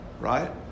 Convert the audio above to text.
right